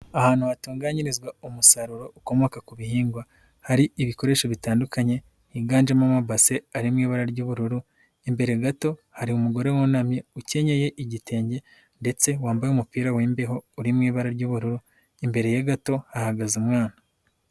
Ahantu hatunganyirizwa umusaruro ukomoka ku bihingwa hari ibikoresho bitandukanye higanjemo amabase ari mu ibara ry'ubururu, imbere gato hari umugore wunamye ukenyeye igitenge ndetse wambaye umupira w'imbeho uri mu ibara ry'ubururu, imbere ye gato hahagaze umwana.